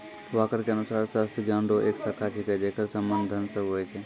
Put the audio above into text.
walker के अनुसार अर्थशास्त्र ज्ञान रो एक शाखा छिकै जेकर संबंध धन से हुवै छै